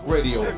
Radio